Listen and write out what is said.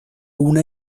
una